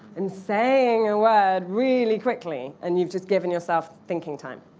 and saying a word really quickly, and you've just given yourself thinking time.